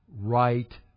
Right